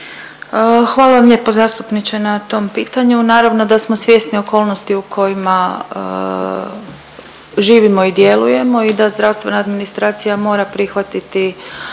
Hvala lijepo zastupniče na tom pitanju. Naravno da smo svjesni okolnosti u kojima živimo i djelujemo i da zdravstvena administracija mora prihvatiti